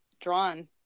drawn